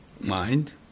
mind